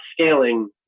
scaling